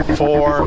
four